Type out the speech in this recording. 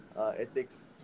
ethics